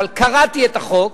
אבל קראתי את החוק